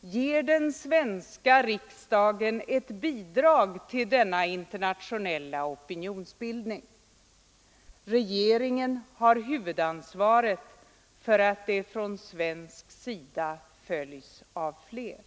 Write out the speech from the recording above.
ger den svenska riksdagen ett bidrag till denna internationella opinionsbildning. Regeringen har huvudansvaret för att det från svensk sida följs av fler.